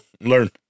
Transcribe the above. Learn